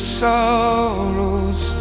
sorrows